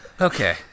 Okay